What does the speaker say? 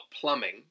plumbing